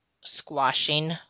squashing